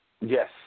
Yes